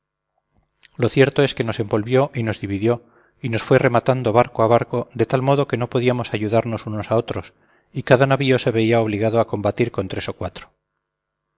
lo cierto es que nos envolvió y nos dividió y nos fue rematando barco a barco de tal modo que no podíamos ayudarnos unos a otros y cada navío se veía obligado a combatir con tres o cuatro